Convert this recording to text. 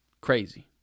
Crazy